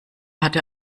hatte